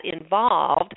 involved